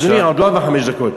אדוני, עוד לא עברו חמש דקות.